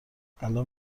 الان